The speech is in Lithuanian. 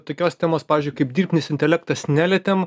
tokios temos pavyzdžiui kaip dirbtinis intelektas nelietėm